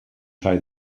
try